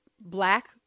black